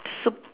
sup